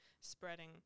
spreading